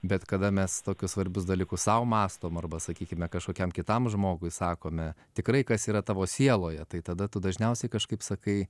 bet kada mes tokius svarbius dalykus sau mąstom arba sakykime kažkokiam kitam žmogui sakome tikrai kas yra tavo sieloje tai tada tu dažniausiai kažkaip sakai